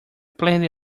plenty